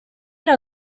era